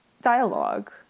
dialogue